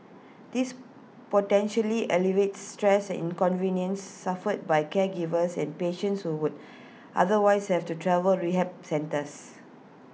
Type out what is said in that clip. this potentially alleviates stress and inconvenience suffered by caregivers and patients who would otherwise have to travel rehab centres